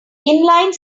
inline